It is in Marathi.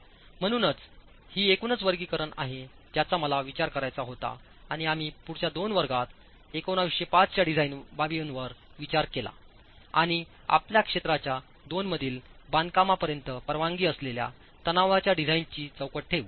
म्हणूनच हे एकूणच वर्गीकरण आहे ज्याचा मला विचार करायचा होता आणिआम्ही पुढच्या दोन वर्गात 1905 च्या डिझाइन बाबींवर विचार केला आणि आपल्या क्षेत्राच्या 2 मधील बांधकामांपर्यंत परवानगी असलेल्या तणावाच्या डिझाइनची चौकट ठेवू